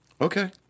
Okay